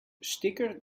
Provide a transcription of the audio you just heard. sticker